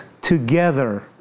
together